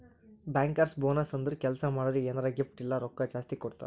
bankers bonus ಅಂದುರ್ ಕೆಲ್ಸಾ ಮಾಡೋರಿಗ್ ಎನಾರೇ ಗಿಫ್ಟ್ ಇಲ್ಲ ರೊಕ್ಕಾ ಜಾಸ್ತಿ ಕೊಡ್ತಾರ್